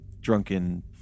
drunken